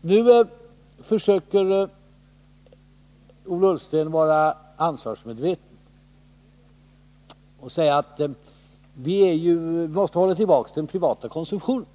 Nu försöker Ola Ullsten vara ansvarsmedveten och säga att vi måste hålla tillbaka den privata konsumtionen.